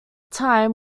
time